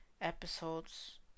episodes